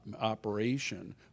operation